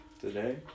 Today